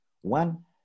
One